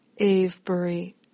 Avebury